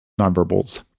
nonverbals